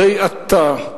הרי אתה,